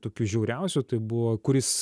tokių žiauriausių tai buvo kuris